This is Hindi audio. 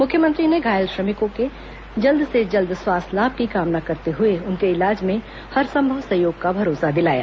मुख्यमंत्री ने घायल श्रमिकों के जल्द से जल्द स्वास्थ्य लाभ की कामना करते हुए उनके इलाज में हरसंभव सहयोग का भरोसा दिलाया